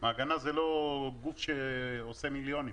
מעגנה זה לא גוף שעושה מיליונים,